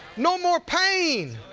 no more pain.